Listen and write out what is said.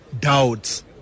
doubts